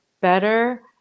better